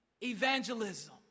evangelism